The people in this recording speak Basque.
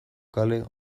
kale